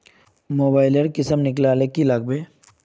Mobile लेर किसम निकलाले की लागबे?